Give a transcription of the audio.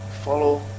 follow